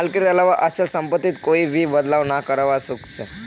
मालिकेर अलावा अचल सम्पत्तित कोई भी बदलाव नइ करवा सख छ